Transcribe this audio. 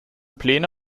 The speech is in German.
pläne